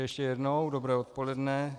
Ještě jednou dobré odpoledne.